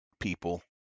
people